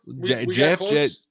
Jeff